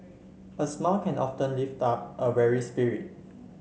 a smile can often lift up a weary spirit